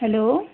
hello